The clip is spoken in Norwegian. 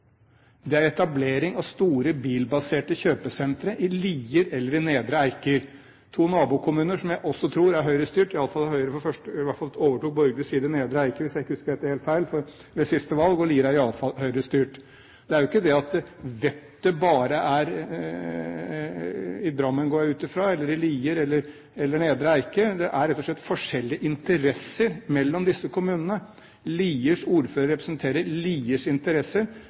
Det er etablering av store, bilbaserte kjøpesentre i Lier eller Nedre Eiker – to nabokommuner som er Høyre-styrt, i hvert fall overtok borgerlig side Nedre Eiker, hvis jeg ikke husker dette helt feil, ved siste valg, og Lier i er i alle fall Høyre-styrt. Det er jo ikke det at vettet bare finnes i Drammen, går jeg ut fra, eller i Lier eller i Nedre Eiker. Det er rett og slett forskjellige interesser mellom disse kommunene. Liers ordfører representerer Liers interesser,